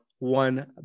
One